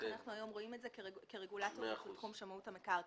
איך אנחנו רואים את זה היום כרגולטורים בתחום שמאות המקרקעין.